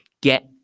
Get